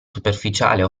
superficiale